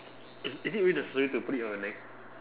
is is it really necessary to put it on your neck